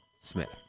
Smith